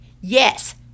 Yes